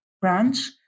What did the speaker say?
branch